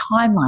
timeline